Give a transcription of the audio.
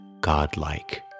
godlike